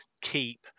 keep